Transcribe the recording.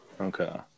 Okay